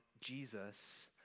Jesus